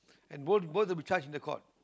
and both both will be charged in the court